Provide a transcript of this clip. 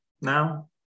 now